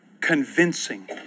convincing